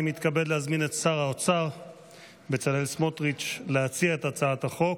אני מתכבד להזמין את שר האוצר בצלאל סמוטריץ' להציג את הצעת החוק.